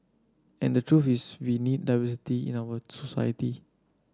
and the truth is we need diversity in our society